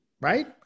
Right